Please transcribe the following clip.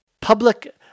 public